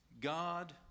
God